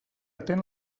atent